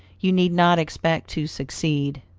you need not expect to succeed.